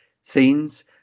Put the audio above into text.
scenes